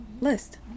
list